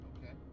Okay